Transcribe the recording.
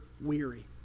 weary